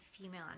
female